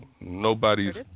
nobody's